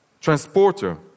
transporter